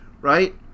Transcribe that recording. right